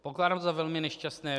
Pokládám to za velmi nešťastné.